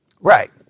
Right